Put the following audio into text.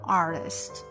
artist